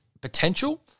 potential